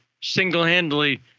single-handedly